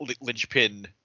linchpin